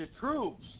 Troops